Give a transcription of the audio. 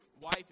wife